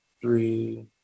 Three